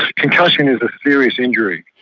concussion is a serious injury.